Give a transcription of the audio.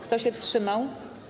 Kto się wstrzymał?